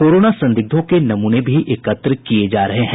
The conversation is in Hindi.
कोरोना संदिग्धों के नमूने भी एकत्र किये जा रहे हैं